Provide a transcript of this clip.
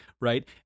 right